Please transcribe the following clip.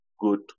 good